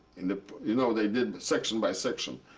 and ah you know, they did section by section.